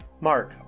Mark